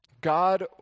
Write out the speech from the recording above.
God